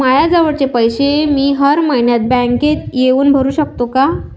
मायाजवळचे पैसे मी हर मइन्यात बँकेत येऊन भरू सकतो का?